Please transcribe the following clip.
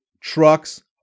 Trucks